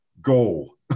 goal